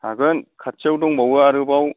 हागोन खाथियाव दंबावो आरोबाव